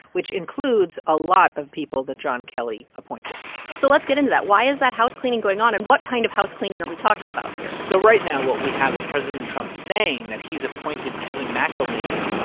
which includes a lot of people that john kelly appointed so let's get into that. why is that housecleaning going on? and what kind of housecleaning are we talking about here? so right now, what we have is president trump saying that he's appointed kevin mcaleenan,